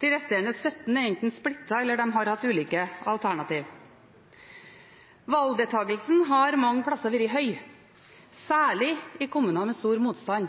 De resterende 17 er enten splittet eller har hatt ulike alternativ. Valgdeltakelsen har mange plasser vært høy, særlig i kommuner med stor motstand.